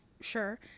sure